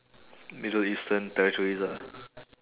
middle eastern territories ah